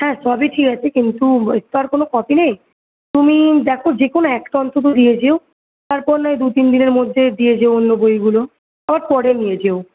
হ্যাঁ সবই ঠিক আছে কিন্তু এর তো আর কোনো কপি নেই তুমি দেখো যেকোন একটা অন্তত দিয়ে যেও তারপর নাহয় দু তিন দিনের মধ্যে দিয়ে যেও অন্য বইগুলো আবার পরে নিয়ে যেও